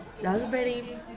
Raspberry